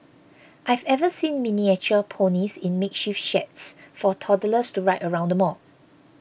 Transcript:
I've ever seen miniature ponies in makeshift sheds for toddlers to ride around the mall